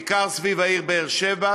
בעיקר סביב העיר באר-שבע,